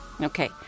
Okay